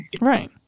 Right